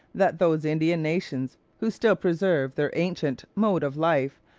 that those indian nations who still preserve their ancient mode of life,